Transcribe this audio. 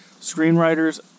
Screenwriters